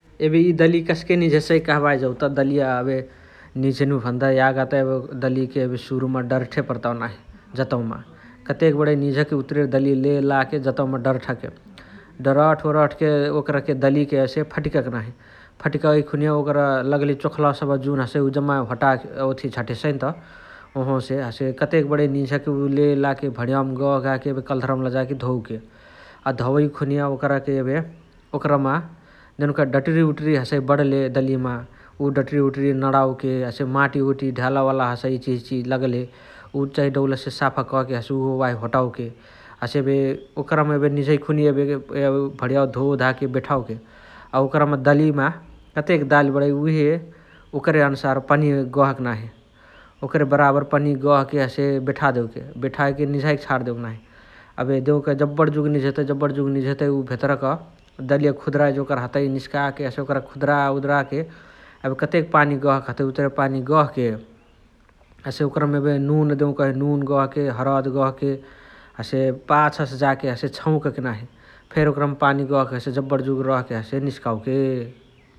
एबे इय दलिय कस्के निझेसइ कहबाही जौत दलिय एबे निझ्नु भन्दा यागा त अबे दलियके सुरुम डर्थे पर्ताउ नाही जतउमा । कतेक बडइ निझके उतुरे दलिय लेलाके जतउमाअ डर्ठके । डरठ ओरठके ओकराके दलिअरी हसे फटिकके नाही । फटिकइ खुनिय ओकर लगली चोखलावा जुन हसइ जम्मा होटाके ओथिया झटहेसइन्त वोहवसे । हसे कतेक बणइ निझके उ लेलाके भणियावमा गहा गाहके कल्धरवमा लजाके धोवके । अ धोवइ खुनिय ओकरके एबे ओकरमा देउन्कही डटुरी ओटुरी हसइ बणले दलियमा । उ डटुरी ओटुरी नणावोके हसे माटी ओटि ढ्यला वाला हसइ इचिहिची लगले उ चाही दौलसे साफा कके हसे उ वही होटवोके । हसे एबे ओकरमा एबे निझइ खुनिय एबे भणियावा धोधाके बेठावोके । अ ओकरमा दलिमा कतेक दाली बणइ उहे ओकरे अनुसार पनिया गहके नाही । ओकरे बाराअबर पनिया गहके हसे बेठा देवके । बेठाके निझाइ छाण देवके नाही । अबे देउकही जबणा जुग निझेतइ जबणा जुग निझेतइ उ भेतरक दलिया खुद्राइ जोकर हतइ निस्काके हसे ओकरके खुद्रा उद्राके एबे कतेक पानी गहके हतइ उत्रे पानी गहके हसे ओकरमा एबे नुन देउकही नुन गहके हरदी गहके हसे पाछसे जाके हसे छौकके नाही । फेरी वकरमा पानी गहके हसे जबणा जुग रहके हसे निस्कावके ।